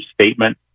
statement